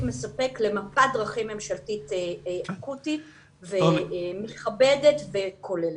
מספק למפת דרכים ממשלתית אקוטית ומכבדת וכוללת.